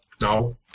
No